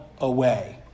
away